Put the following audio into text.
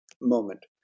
moment